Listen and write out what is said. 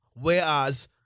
whereas